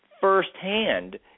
firsthand